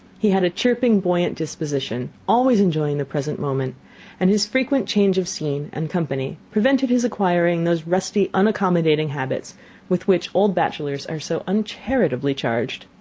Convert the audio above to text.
he had a chirping, buoyant disposition, always enjoying the present moment and his frequent change of scene and company prevented his acquiring those rusty unaccommodating habits with which old bachelors are so uncharitably charged.